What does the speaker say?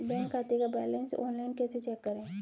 Bank खाते का balance online कैसे चेक करें?